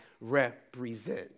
represent